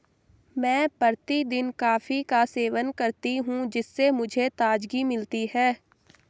मैं प्रतिदिन कॉफी का सेवन करती हूं जिससे मुझे ताजगी मिलती है